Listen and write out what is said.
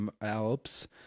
Alps